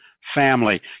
family